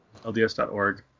LDS.org